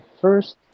first